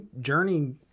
journey